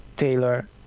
Taylor